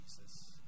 Jesus